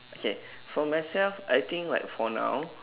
okay for myself I think like for now